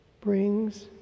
brings